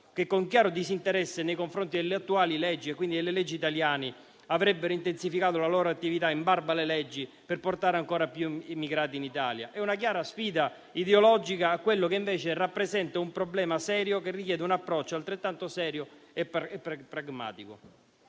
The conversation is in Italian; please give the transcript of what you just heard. che, con chiaro disinteresse nei confronti delle attuali leggi, e quindi delle leggi italiane, avrebbero intensificato la loro attività in barba alle leggi per portare ancora più immigrati in Italia? È una chiara sfida ideologica a quello che invece rappresenta un problema serio, che richiede un approccio altrettanto serio e pragmatico.